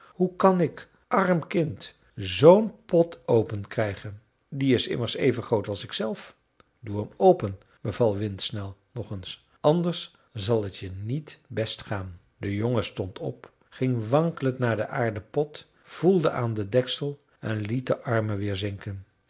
hoe kan ik arm kind zoo'n pot openkrijgen die is immers even groot als ik zelf doe hem open beval windsnel nog eens anders zal t je niet best gaan de jongen stond op ging wankelend naar den aarden pot voelde aan het deksel en liet de armen weer zinken